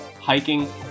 hiking